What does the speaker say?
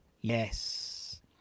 yes